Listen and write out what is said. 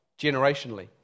generationally